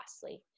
costly